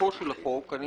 לגופו של החוק אני